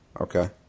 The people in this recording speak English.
Okay